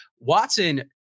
Watson